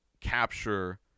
capture